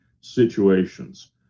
situations